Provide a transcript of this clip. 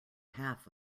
half